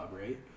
right